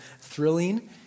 thrilling